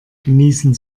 genießen